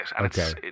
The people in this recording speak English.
Okay